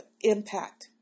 impact